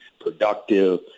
productive